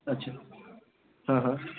अच्छा हां हां